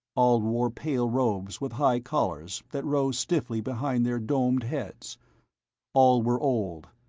all wore pale robes with high collars that rose stiffly behind their domed heads all were old,